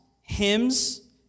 hymns